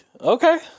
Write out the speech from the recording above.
okay